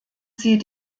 sie